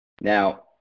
Now